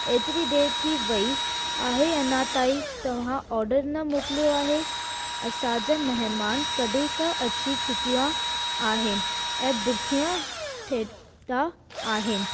एतिरी देरि थी वेई आहे अञा ताईं तव्हां ऑडर न मोकिलियो आहे असांजा महिमान कॾहिं खां अची चुकिया आहिनि ऐं भुखिया वेठा आहिनि